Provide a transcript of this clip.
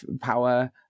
power